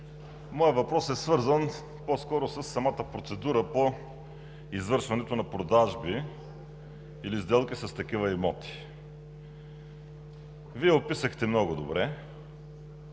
Въпросът ми е свързан по-скоро със самата процедура по извършването на продажби или сделки с такива имоти. Вие описахте много добре